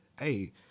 hey